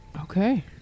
Okay